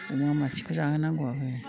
अमा मासेखौ जाहोनांगौआबो